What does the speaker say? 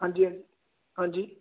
ਹਾਂਜੀ ਹਾਂਜੀ ਹਾਂਜੀ